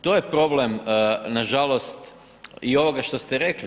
To je problem, nažalost i ovoga što ste rekli.